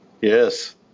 Yes